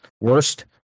worst